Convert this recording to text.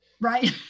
Right